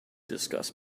discuss